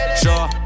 sure